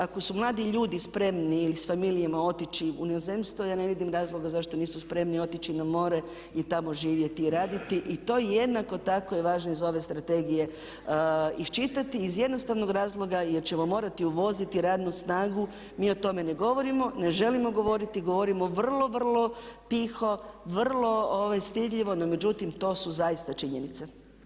Ako su mladi ljudi spremni ili s familijama otići u inozemstvo, ja ne vidim razloga zašto nisu spremni otići na more i tamo živjeti i raditi i to jednako tako je važno iz ove strategije iščitati, iz jednostavnog razloga jer ćemo morati uvoziti radnu snagu, mi o tome ne govorimo, ne želimo govoriti, govorimo vrlo, vrlo tiho, vrlo stidljivo no međutim, to su zaista činjenice.